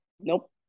Nope